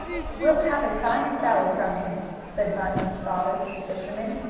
we'll have a fine salad from him, said bunny's father to the fisherman.